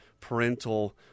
parental